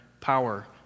power